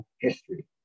history